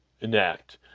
enact